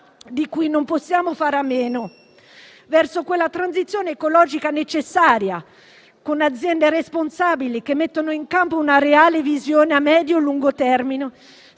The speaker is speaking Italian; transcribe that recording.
di cui non possiamo fare a meno - verso la necessaria transizione ecologica, con aziende responsabili, che mettano in campo una reale visione a medio e lungo termine,